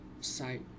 site